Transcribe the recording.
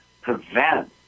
prevent